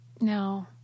No